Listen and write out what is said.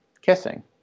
kissing